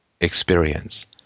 experience